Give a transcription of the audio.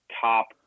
Top